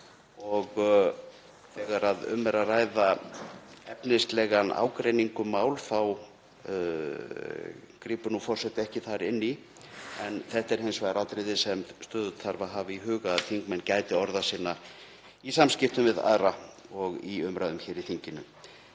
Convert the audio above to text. Þegar um er að ræða efnislegan ágreining um mál grípur forseti ekki þar inn í. En þetta er hins vegar atriði sem stöðugt þarf að hafa í huga, að þingmenn gæti orða sinna í samskiptum við aðra og í umræðum hér í þinginu.